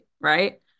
right